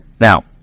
Now